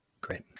Great